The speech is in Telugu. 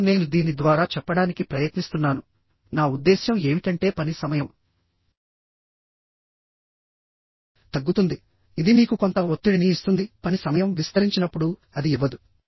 ఇప్పుడు నేను దీని ద్వారా చెప్పడానికి ప్రయత్నిస్తున్నాను నా ఉద్దేశ్యం ఏమిటంటే పని సమయం తగ్గుతుంది ఇది మీకు కొంత ఒత్తిడిని ఇస్తుంది పని సమయం విస్తరించినప్పుడు అది ఇవ్వదు